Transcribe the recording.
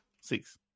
six